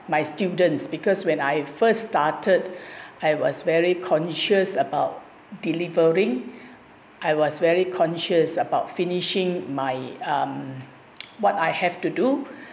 my students because when I first started I was very conscious about delivering I was very conscious about finishing my um what I have to do